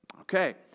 Okay